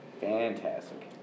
Fantastic